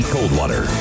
Coldwater